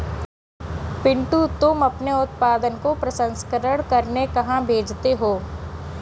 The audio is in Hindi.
पिंटू तुम अपने उत्पादन को प्रसंस्करण करने कहां भेजते हो?